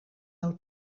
del